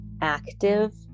active